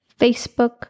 Facebook